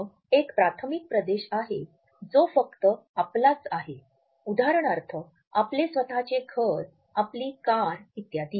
मग एक प्राथमिक प्रदेश आहे जो फक्त आपलाच आहे उदाहरणार्थ आपले स्वतःचे घर आपली कार इत्यादी